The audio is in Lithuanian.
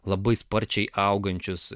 labai sparčiai augančius